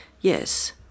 Yes